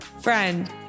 Friend